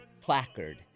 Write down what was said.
placard